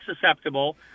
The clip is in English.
susceptible